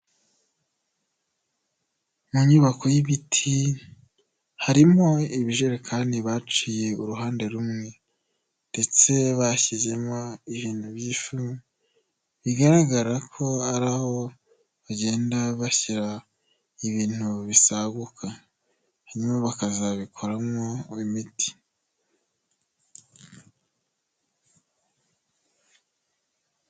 Mu nyubako y'ibiti, harimo ibijerekani baciye uruhande rumwe ndetse bashyizemwo ibintu by'ifu, bigaragara ko ari aho bagenda bashyira ibintu bisaguka, hanyuma bakazabikoramowo imiti.